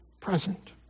present